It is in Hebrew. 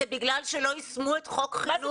זה בגלל שלא יישמו את חוק חינוך